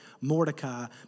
Mordecai